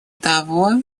того